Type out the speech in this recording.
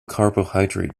carbohydrate